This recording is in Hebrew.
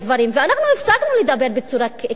ואנחנו הפסקנו לדבר בצורה כללית,